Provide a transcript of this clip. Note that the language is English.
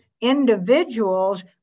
individuals